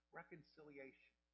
reconciliation